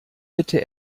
bitte